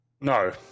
No